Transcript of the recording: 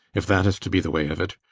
if that is to be the way of it.